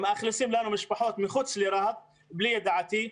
מאכלסים לנו משפחות מחוץ לרהט בלי ידיעתי.